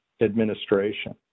administration